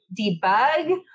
debug